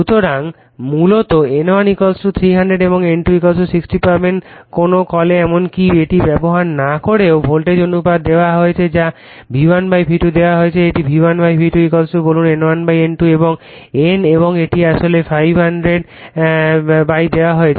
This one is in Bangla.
সুতরাং মূলত N1 300 এবং N2 60 পাবেন কোন কলে এমনকি এটি ব্যবহার না করেও ভোল্টেজ অনুপাত দেওয়া হয়েছে যা V1 V2 দেওয়া হয়েছে এটি V1 V2 বলুন N1 N2 এবং N এবং এটি আসলে 500 দেওয়া হয়েছে